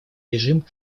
режим